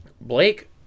Blake